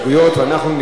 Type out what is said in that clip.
ואנחנו ניגש,